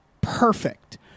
perfect